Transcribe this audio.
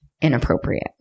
inappropriate